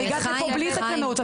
הגעת לכאן בלי תקנות.